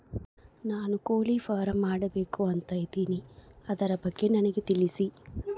ನಾನು ಕೋಳಿ ಫಾರಂ ಮಾಡಬೇಕು ಅಂತ ಇದಿನಿ ಅದರ ಬಗ್ಗೆ ನನಗೆ ತಿಳಿಸಿ?